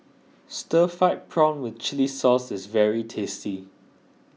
Stir Fried Prawn with Chili Sauce is very tasty